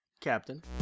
Captain